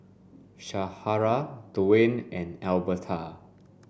Shara Dwane and Albertha